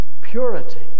purity